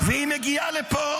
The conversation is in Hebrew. והיא מגיעה לפה